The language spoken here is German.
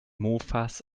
mofas